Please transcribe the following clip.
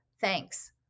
thanks